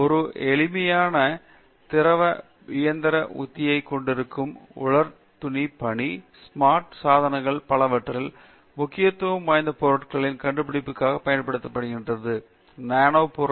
ஒரு எளிமையான திரவம் இயந்திர உத்தியைக் கொண்டிருக்கும் உலர்த்தும் பணி ஸ்மார்ட் சாதனங்களில் எல்லாவற்றிற்கும் முக்கியத்துவம் வாய்ந்த பொருள்களை கண்டுபிடிப்பதற்காக பயன்படுத்தப்படுகிறது நானோ பொருள்